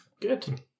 Good